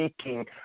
speaking